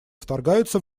вторгаются